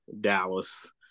Dallas